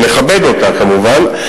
שנכבד אותה כמובן,